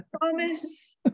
Promise